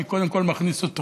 אני קודם כול מכניס אותו